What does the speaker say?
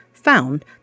found